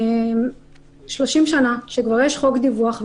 30 שנה שכבר יש חוק דיווח,